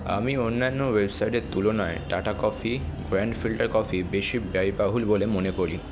আমি অন্যান্য ওয়েবসাইটের তুলনায় Tata coffee grand filter coffee বেশি ব্যয়বহুল বলে মনে করি